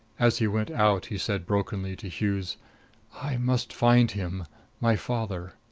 as he went out he said brokenly to hughes i must find him my father.